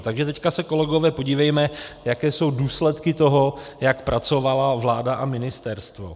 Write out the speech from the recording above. Takže teď se, kolegové, podívejme, jaké jsou důsledky toho, jak pracovala vláda a ministerstvo.